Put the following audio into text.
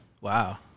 wow